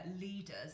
leaders